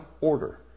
order